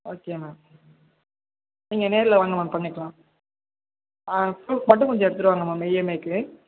okay ma'am நீங்கள் நேரில் வாங்க மேம் பண்ணிக்கலாம் ப்ரூஃப் மட்டும் கொஞ்சம் எடுத்துகிட்டு வாங்க மேம் இஎம்ஐக்கு